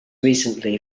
recently